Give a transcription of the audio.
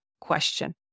question